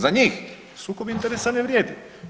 Za njih sukob interesa ne vrijedi.